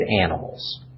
animals